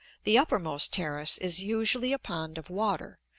the uppermost terrace is usually a pond of water,